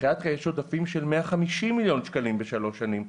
יש עודפים של 150 מיליון שקלים בשלוש שנים.